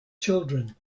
children